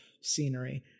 scenery